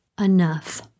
enough